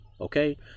okay